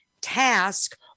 task